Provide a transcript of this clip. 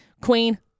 Queen